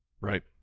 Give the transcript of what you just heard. Right